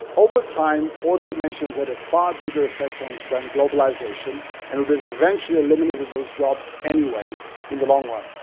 over time automations had a far bigger effect um than globalization and would have eventually eliminated those jobs anyway in the long run.